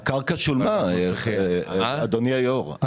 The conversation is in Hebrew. אדוני היו"ר,